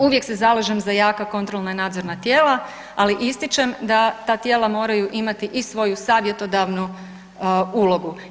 Uvijek se zalažem za jaka kontrolna i nadzorna tijela, ali ističem da ta tijela moraju imati i svoju savjetodavnu ulogu.